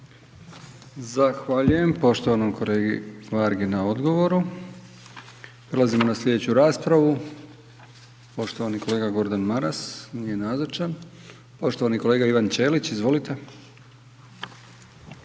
Zahvaljujem poštovanom kolegi Vargi na odgovoru. Prelazimo na slijedeću raspravu, poštovani kolega Gordan Maras, nije nazočan. Poštovani kolega Ivan Ćelić, izvolite.